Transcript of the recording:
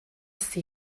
see